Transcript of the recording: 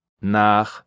nach